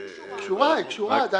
כן